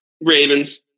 Ravens